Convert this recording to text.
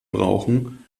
brauchen